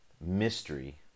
mystery